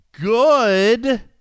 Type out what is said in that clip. Good